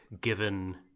given